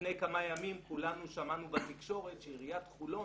לפני כמה ימים כולנו שמענו בתקשורת שעיריית חולון